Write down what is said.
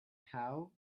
how